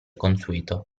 consueto